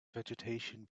vegetation